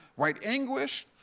white anguish,